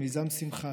"מיזם שמחה",